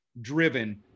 driven